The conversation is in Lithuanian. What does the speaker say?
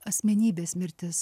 asmenybės mirtis